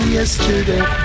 yesterday